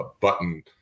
button